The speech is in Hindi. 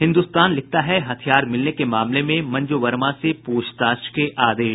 हिन्दुस्तान लिखता है हथियार मिलने के मामले में मंजू वर्मा से पूछताछ के आदेश